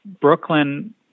Brooklyn